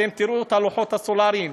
אתם תראו את הלוחות הסולריים,